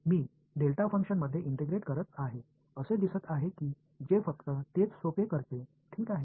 मी delta function मध्ये integrate करत आहे असे दिसत आहे की जे फक्त तेच सोपे करते ठीक आहे